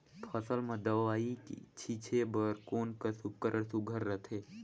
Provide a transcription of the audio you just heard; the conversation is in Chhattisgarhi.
फसल म दव ई छीचे बर कोन कस उपकरण सुघ्घर रथे?